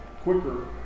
Quicker